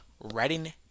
writing